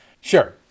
Sure